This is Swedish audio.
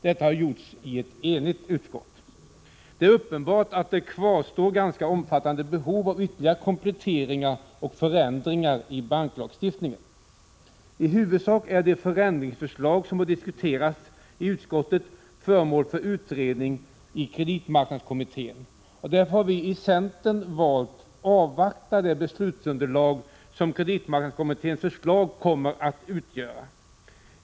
Detta har gjorts av ett enigt utskott. Det är uppenbart att det kvarstår ganska omfattande behov av ytterligare kompletteringar och förändringar i banklagstiftningen. I huvudsak är de förändringsförslag som har diskuterats i utskottet föremål för utredning i kreditmarknadskommittén. Därför har vi i centern valt att avvakta det beslutsunderlag som kreditmarknadskommitténs förslag kommer att utgöra.